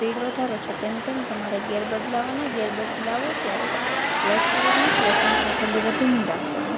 speed વધારો છો તેમ તેમ તમારે ગેર બદલાવવાના ગેર બદલાવો ત્યારે ક્લચ કરવાનું ક્લચની સાથે લીવર ધીમું રાખવાનું